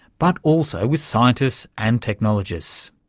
but also with scientists and technologists.